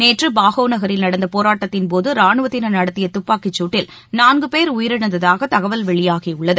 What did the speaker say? நேற்று பாகோ நகரில் நடந்த போராட்டத்தின்போது ராணுவத்தினர் நடத்திய துப்பாக்கிச்சுட்டில் நான்குபேர் உயிரிழந்ததாக தகவல் வெளியாகி உள்ளது